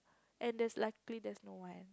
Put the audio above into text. and there's luckily there's no one